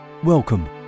Welcome